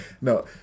No